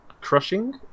crushing